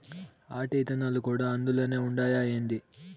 ఆటి ఇత్తనాలు కూడా అందులోనే ఉండాయా ఏంది